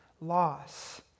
loss